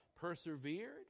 persevered